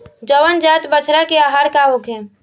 नवजात बछड़ा के आहार का होखे?